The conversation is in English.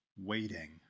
waiting